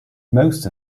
most